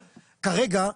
כרגע,